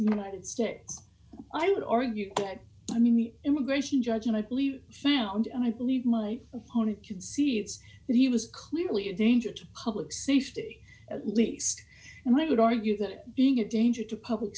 united states i would argue i mean the immigration judge and i believe found and i believe my opponent could see it's that he was clearly a danger to public safety at least and i would argue that being a danger to public